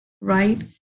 right